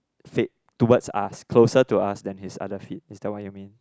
feet towards us closer to us than his other feet is that what you mean